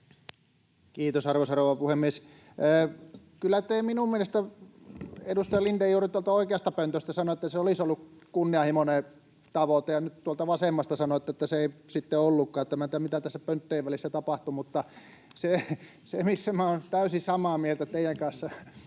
Kiitos, arvoisa rouva puhemies! Kyllä te minun mielestäni, edustaja Lindén, juuri tuolta oikeasta pöntöstä sanoitte, että se olisi ollut kunnianhimoinen tavoite, ja nyt tuolta vasemmasta sanoitte, että se ei sitten ollutkaan. En tiedä, mitä tässä pönttöjen välissä tapahtui, mutta se, missä minä olen täysin samaa mieltä teidän kanssanne,